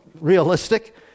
realistic